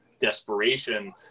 desperation